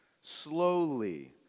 slowly